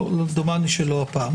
דומני שלא הפעם.